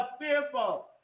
fearful